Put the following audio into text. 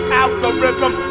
algorithm